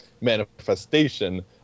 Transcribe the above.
manifestation